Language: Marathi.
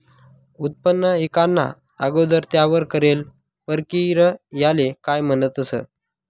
उत्पन्न ईकाना अगोदर त्यावर करेल परकिरयाले काय म्हणतंस?